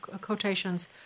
quotations